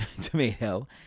Tomato